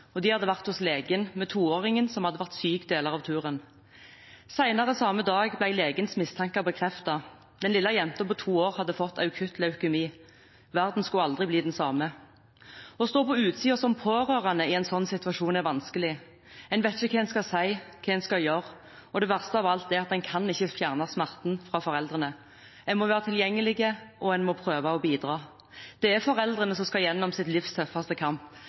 av de første dagene i januar 2016 hadde jeg flere ubesvarte anrop fra en nær slektning. Familien på fire hadde nettopp kommet hjem fra julefeiring i Spania og hadde vært hos legen med toåringen, som hadde vært syk deler av turen. Senere samme dag ble legens mistanker bekreftet. Den lille jenta på to år hadde fått akutt leukemi. Verden skulle aldri bli den samme. Å stå på utsiden som pårørende i en slik situasjon er vanskelig. En vet ikke hva en skal si, hva man skal gjøre, og det verste av alt er at en ikke kan fjerne smerten fra foreldrene. En må være